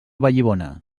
vallibona